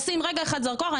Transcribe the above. לשים רגע אחד זרקור.